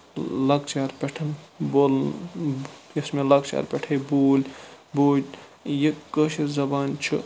لۄکچارٕ پیٚٹھ بولُن یۄس مےٚ لۄکچارٕ پیٚٹھٕے بوٗلۍ بوٗلۍ یہِ کٲشِر زَبان چھِ